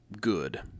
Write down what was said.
good